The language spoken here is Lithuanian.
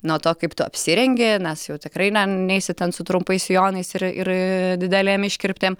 nuo to kaip tu apsirengi nes jau tikrai ne neisi ten su trumpais sijonais ir ir didelėm iškirptėm